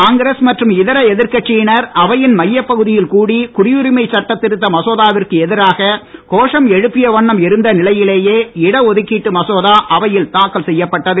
காங்கிரஸ் மற்றும் இதர எதிர்கட்சியினர் அவையின் மையப்பகுதியில் கூடி குடியுரிமை சட்டதிருத்த மசோதாவிற்கு எதிராக கோஷம் எழுப்பிய வண்ணம் இருந்த நிலையிலேயே இடஒதுக்கீட்டு மசோதா அவையில் தாக்கல் செய்யப்பட்டது